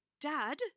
Dad